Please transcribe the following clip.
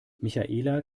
michaela